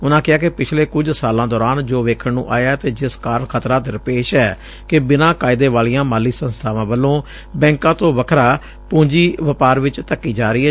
ਉਨਾਂ ਕਿਹਾ ਕਿ ਪਿਛਲੇ ਕੁਝ ਸਾਲਾਂ ਦੌਰਾਨ ਜੋ ਵੇਖਣ ਨੂੰ ਆਇਐ ਅਤੇ ਜਿਸ ਕਾਰਨ ਖਤਰਾ ਦਰਪੇਸ਼ ਐ ਕਿ ਬਿਨਾਂ ਕਾਇਦੇ ਵਾਲੀਆਂ ਮਾਲੀ ਸੰਸਥਾਵਾਂ ਵੱਲੋਂ ਬੈਂਕਾਂ ਤੋਂ ਵੱਖਰਾ ਪੁੰਜੀ ਵਪਾਰ ਚ ਧੱਕੀ ਜਾ ਰਹੀ ਏ